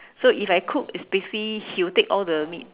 so if I cook is basically he will take all the meat